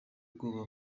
ubwoba